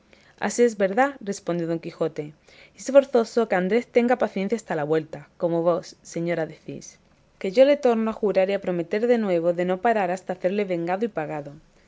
así es verdad respondió don quijote y es forzoso que andrés tenga paciencia hasta la vuelta como vos señora decís que yo le torno a jurar y a prometer de nuevo de no parar hasta hacerle vengado y pagado